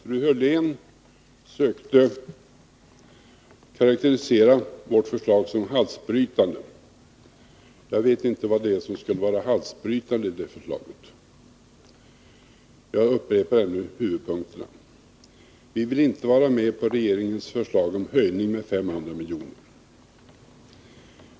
Herr talman! Fru Hörlén sökte karakterisera vårt förslag som halsbrytande. Jag vet inte vad det är som skulle vara halsbrytande i det förslaget. Jag upprepar ännu en gång huvudpunkterna. Vi vill inte vara med på regeringens förslag om en höjning med 500 milj.kr.